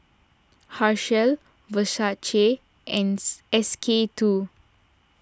Herschel Versace ants S K two